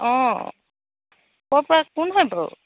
অঁ ক'ৰ পৰা কোন হয় বাৰু